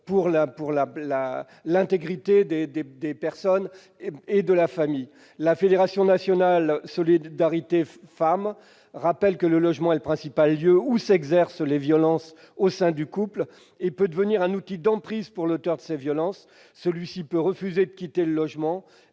pour l'intégrité des personnes et de la famille ? La Fédération nationale solidarité femmes rappelle que le logement est le principal lieu où s'exercent les violences au sein du couple et qu'il peut devenir un outil d'emprise pour l'auteur de ces violences. Celui-ci peut refuser de quitter le logement